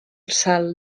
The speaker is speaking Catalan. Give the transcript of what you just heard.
salt